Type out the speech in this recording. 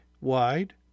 wide